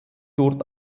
dort